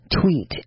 tweet